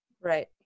Right